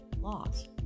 laws